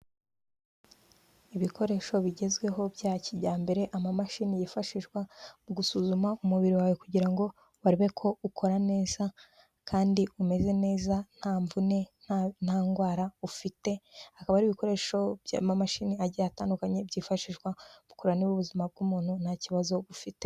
Ibikoresho bigezweho bya kijyambere, amamashini yifashishwa mu gusuzuma umubiri wawe kugira ngo barebe ko ukora neza kandi umeze neza, nta mvune, nta ndwara ufite, akaba ari ibikoresho by'amamashini agiye atandukanye, byifashishwa mu kureba niba ubuzima bw'umuntu nta kibazo ufite.